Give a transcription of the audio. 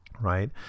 right